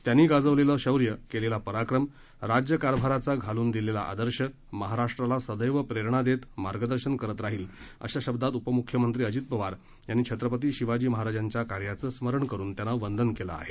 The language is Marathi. त्यांनी गाजवलेलं शौर्य केलेला पराक्रम राज्यकारभाराचा घालून दिलेला आदर्श महाराष्ट्राला सदैव प्रेरणा देत मार्गदर्शन करत राहील अशा शब्दात उपमुख्यमंत्री अजित पवार यांनी छत्रपती शिवाजी महाराजांच्या कार्याचं स्मरण करुनत्यांना वंदन केलं आहे